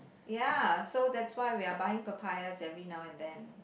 ya so that's why we are buying papayas every now and then